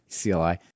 CLI